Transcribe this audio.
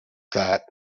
that